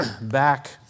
back